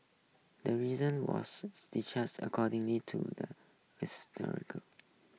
the reason was according to the